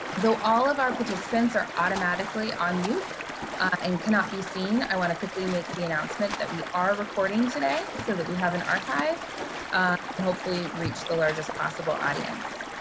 though all of our participants are automatically on mute and cannot be seen, i want to quickly make the announcement that we are recording today so that we have an archive, and ah hopefully reach the largest possible audience.